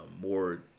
more